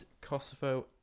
Kosovo